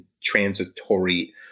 transitory